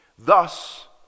Thus